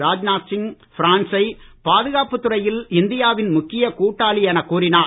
ராஜ்நாத் சிங் பிரான்சை பாதுகாப்பு துறையில் இந்தியாவின் முக்கிய கூட்டாளி எனக் கூறினார்